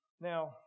Now